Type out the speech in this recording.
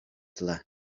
tle